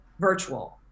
virtual